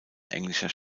englischer